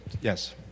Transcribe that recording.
Yes